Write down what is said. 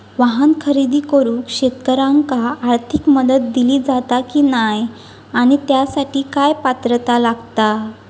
वाहन खरेदी करूक शेतकऱ्यांका आर्थिक मदत दिली जाता की नाय आणि त्यासाठी काय पात्रता लागता?